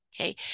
Okay